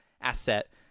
asset